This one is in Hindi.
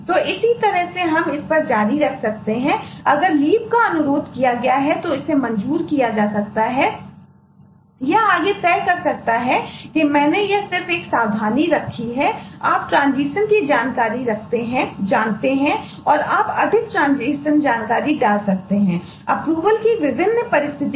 तो इसी तरह से हम इस पर जारी रख सकते हैं कि अगर लीव है इत्यादि